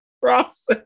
process